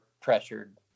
pressured